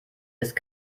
ist